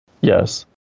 Yes